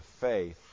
faith